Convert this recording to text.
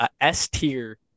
S-tier